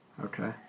Okay